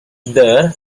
there